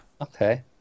Okay